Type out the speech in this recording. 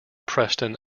preston